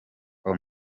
all